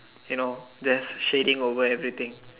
you know then she's thing always the thing